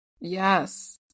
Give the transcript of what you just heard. Yes